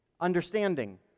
Understanding